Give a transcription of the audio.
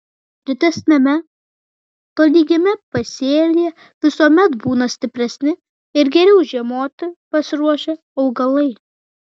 retesniame tolygiame pasėlyje visuomet būna stipresni ir geriau žiemoti pasiruošę augalai